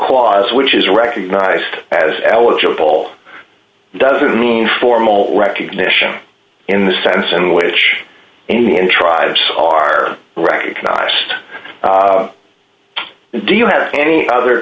e which is recognised as eligible doesn't mean formal recognition in the sense in which indian tribes are recognized do you have any other